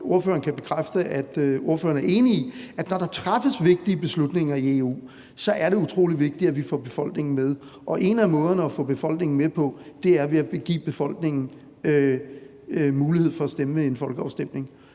ordføreren kan bekræfte at ordføreren er enig i, at vi får befolkningen med. Og en af måderne at få befolkningen med på er at give befolkningen mulighed for at stemme ved en folkeafstemning,